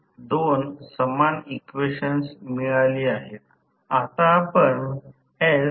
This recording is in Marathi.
तर रोटर मोटर हळूहळू थांबत जाईल जर ती ब्रेकडाउन टॉर्क पेक्षा अधिक लोड केली असेल